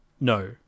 No